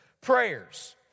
prayers